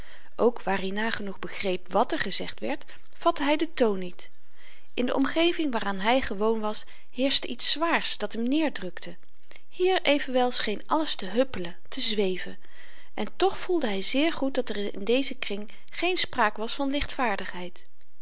ook waar i nagenoeg begreep wàt er gezegd werd vatte hy den toon niet in de omgeving waaraan hy gewoon was heerschte iets zwaars dat hem neerdrukte hier evenwel scheen alles te huppelen te zweven en toch voelde hy zeer goed dat er in dezen kring geen spraak was van